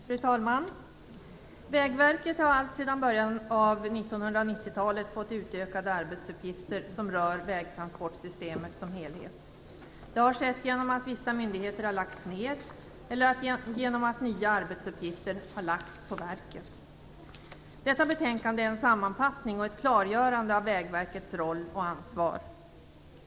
Fru talman! Vägverket har allt sedan början av 1990-talet fått utökade arbetsuppgifter som rör vägtransportsystemet som helhet. Det har skett genom att vissa myndigheter har lagts ned eller genom att nya arbetsuppgifter har lagts på verket. Detta betänkande är en sammanfattning och ett klargörande av Vägverkets roll och ansvar.